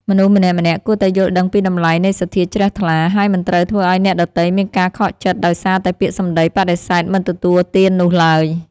មនុស្សម្នាក់ៗគួរតែយល់ដឹងពីតម្លៃនៃសទ្ធាជ្រះថ្លា ហើយមិនត្រូវធ្វើឱ្យអ្នកដទៃមានការខកចិត្តដោយសារតែពាក្យសម្តីបដិសេធមិនទទួលទាននោះឡើយ។